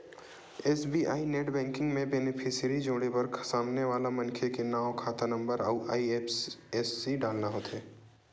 SBI net banking म beneficiary जोड़े बर सामने वाला मनखे के नांव, खाता नंबर अउ आई.एफ.एस.सी डालना होथे